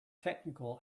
technical